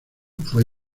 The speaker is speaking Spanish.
fue